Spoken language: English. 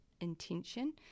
intention